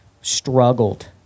struggled